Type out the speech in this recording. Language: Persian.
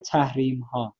تحریمها